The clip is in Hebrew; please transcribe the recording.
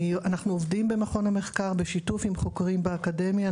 אנחנו עובדים במכון המחקר בשיתוף עם חוקרים באקדמיה.